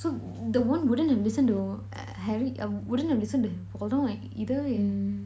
so the wand wouldn't have listened to harry uh wouldn't have listen to voldemort either way